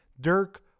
Dirk